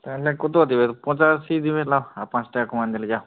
তাহলে কত দেবে পঁচাশি দেবে লাভ আর পাঁচ টাকা কমিয়ে দেবো যাও